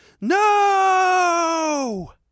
No